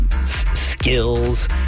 skills